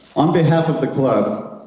on behalf of the club,